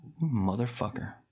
motherfucker